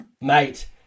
Mate